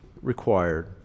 Required